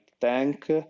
tank